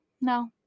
No